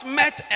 met